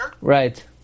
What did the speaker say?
right